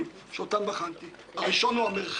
אתה שואל שאלה של לוחות זמנים, זו שאלה מתקדמת